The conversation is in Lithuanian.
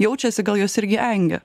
jaučiasi gal juos irgi engia